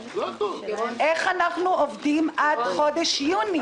איך אנחנו עובדים עד חודש יוני?